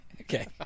Okay